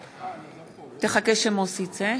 הכנסת) סתיו